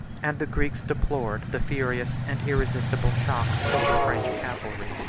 and the greeks deplore the furious and irresistible shock of the french cavalry.